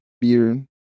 beer